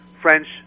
French